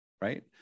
right